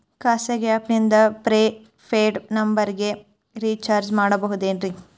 ಖಾಸಗಿ ಆ್ಯಪ್ ನಿಂದ prepaid ನಂಬರಿಗ ರೇಚಾರ್ಜ್ ಮಾಡಬಹುದೇನ್ರಿ?